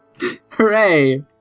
Hooray